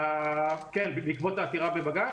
כן, בעקבות העתירה בבג"ץ?